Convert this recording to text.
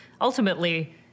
ultimately